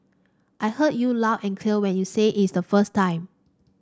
I heard you loud and clear when you said it the first time